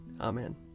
Amen